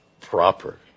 proper